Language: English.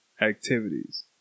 activities